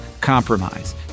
compromise